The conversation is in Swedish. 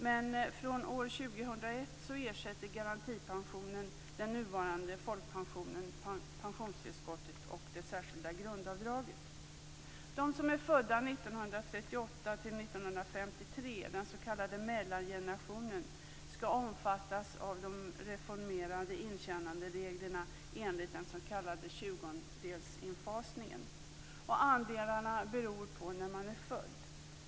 Men från år 2001 De som är födda 1938-1953, den s.k. mellangenerationen, skall omfattas av de reformerade intjänandereglerna enligt den s.k. tjugondelsinfasningen. Andelarna beror på när man är född.